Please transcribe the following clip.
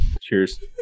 cheers